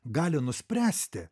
gali nuspręsti